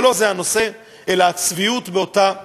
אבל לא זה הנושא, אלא הצביעות באותה אמירה.